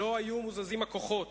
לא היו מוזזים הכוחות,